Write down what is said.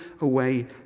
away